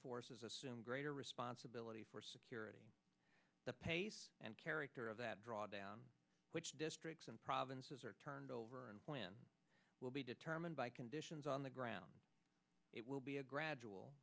forces assume greater responsibility for security the pace and character of that drawdown which districts and provinces are turned over and plan will be determined by conditions on the ground it will be a gradual